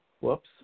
Whoops